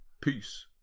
Peace